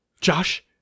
Josh